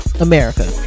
America